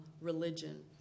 religion